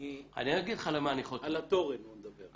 על התורן אני מדבר.